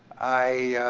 i